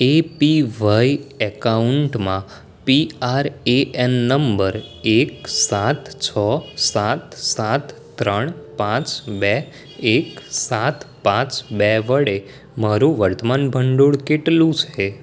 એ P Y એકાઉન્ટમાં P R A N number એક સાત છ સાત સાત ત્રણ પાંચ બે એક સાત પાંચ બે વડે મારું વર્તમાન ભંડોળ કેટલું છે